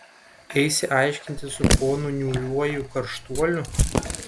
eisi aiškintis su ponu niūriuoju karštuoliu